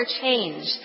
change